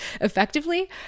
effectively